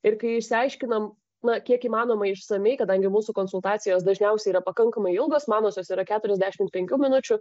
ir kai išsiaiškinam na kiek įmanoma išsamiai kadangi mūsų konsultacijos dažniausiai yra pakankamai ilgos manosios yra keturiasdešimt penkių minučių